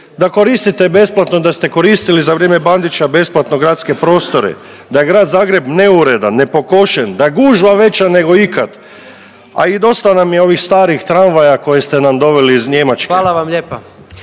da koristite besplatno, da ste koristili za vrijeme Bandića besplatno gradske prostore, da je Grad Zagreb neuredan, nepokošen, da je gužva veća nego ikad, a i dosta nam je ovih starih tramvaja koje ste nam doveli iz Njemačke. **Jandroković,